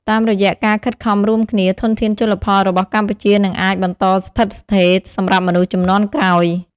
តាមរយៈការខិតខំរួមគ្នា ធនធានជលផលរបស់កម្ពុជានឹងអាច បន្តស្ថិតស្ថេរ សម្រាប់មនុស្សជំនាន់ក្រោយ។